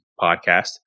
podcast